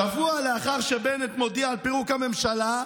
ואז, שבוע לאחר שבנט מודיע על פירוק הממשלה,